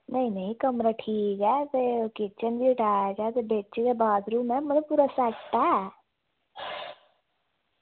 नेईं नेईं कमरा ठीक ऐ ते किचन बी अटैच ऐ ते बिच्च गै बाथरूम ऐ मतलब पूरा सैट्ट ऐ